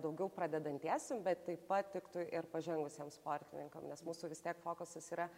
daugiau pradedantiesim bet taip pat tiktų ir pažengusiem sportininkam nes mūsų vis tiek fokusas yra